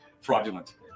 fraudulent